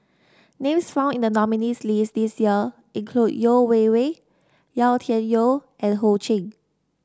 names found in the nominees' list this year include Yeo Wei Wei Yau Tian Yau and Ho Ching